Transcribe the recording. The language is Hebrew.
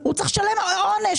הוא צריך לשלם עונש,